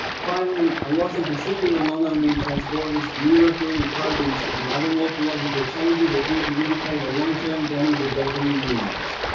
finally, a loss of vesicular monoamine transporters, neurofilament proteins, and other morphological changes appear to indicate a long term damage of dopamine neurons.